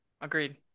agreed